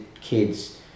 kids